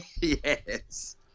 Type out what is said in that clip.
yes